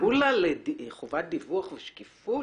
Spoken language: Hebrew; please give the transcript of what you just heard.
כולה חובת דיווח ושקיפות.